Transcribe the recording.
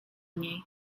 niej